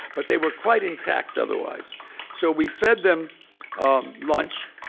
but they were quite intact otherwise so we fed them um lunch